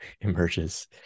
emerges